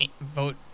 vote